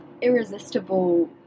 irresistible